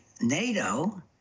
NATO